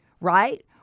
right